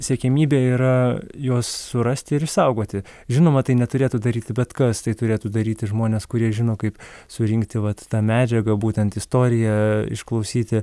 siekiamybė yra juos surasti ir išsaugoti žinoma tai neturėtų daryti bet kas tai turėtų daryti žmonės kurie žino kaip surinkti vat tą medžiagą būtent istoriją išklausyti